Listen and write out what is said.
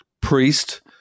priest